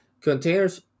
Containers